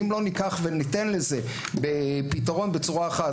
אם לא ניקח וניתן לזה פתרון בצורה אחת,